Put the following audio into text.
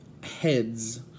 heads